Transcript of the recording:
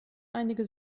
einige